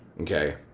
okay